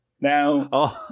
Now